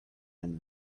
and